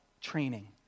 training